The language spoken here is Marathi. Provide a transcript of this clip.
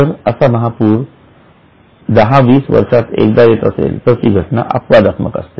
जर आसा महापूर दहा वीस वर्षात एकदा येत असेल तर ती घटना अपवादात्मक असते